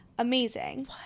amazing